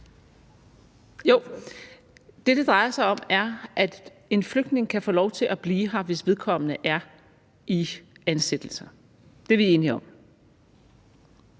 Det, som det drejer sig om, er, at en flygtning kan få lov til at blive her, hvis vedkommende er i ansættelse. Det er vi enige om.